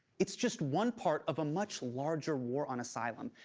it's just one part of a much larger war on asylum,